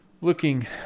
looking